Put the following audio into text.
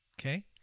Okay